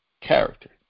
character